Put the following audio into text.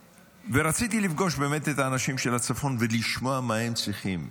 ורציתי לפגוש את האנשים של הצפון ולשמוע מה הם צריכים,